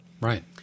right